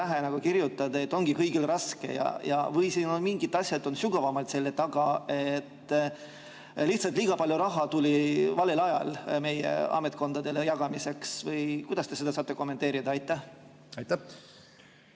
kaela kirjutada, et ongi kõigil raske? Või on siin mingid asjad sügavamalt selle taga, et lihtsalt liiga palju raha tuli valel ajal meie ametkondadele jagamiseks? Kuidas te seda saate kommenteerida? Aitäh!